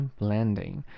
blending